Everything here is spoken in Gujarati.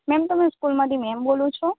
મેમ તમે સ્કૂલમાંથી મેમ બોલો છો